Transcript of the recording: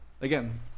Again